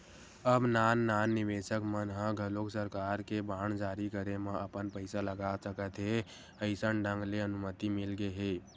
अब नान नान निवेसक मन ह घलोक सरकार के बांड जारी करे म अपन पइसा लगा सकत हे अइसन ढंग ले अनुमति मिलगे हे